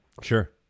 Sure